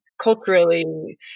culturally